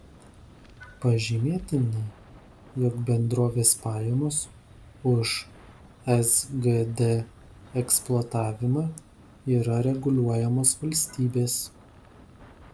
pažymėtina jog bendrovės pajamos už sgd eksploatavimą yra reguliuojamos valstybės